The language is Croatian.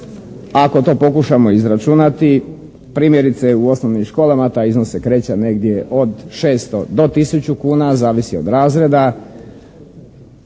ako to pokušamo izračunati, primjerice u osnovnim školama taj iznos se kreće negdje od 600 do 1000 kuna zavisi od razreda.